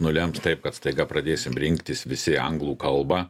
nulems taip kad staiga pradėsim rinktis visi anglų kalbą